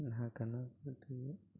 నాకన్న గట్టిదే